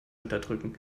unterdrücken